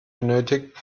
benötigt